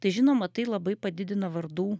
tai žinoma tai labai padidina vardų